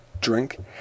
drink